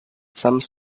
some